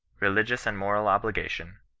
religious and moral obligation,